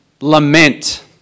Lament